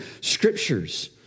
Scriptures